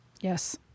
Yes